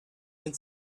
sind